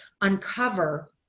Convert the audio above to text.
uncover